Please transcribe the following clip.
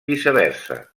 viceversa